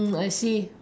oh I see